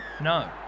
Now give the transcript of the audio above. No